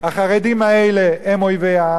החרדים האלה הם אויבי העם,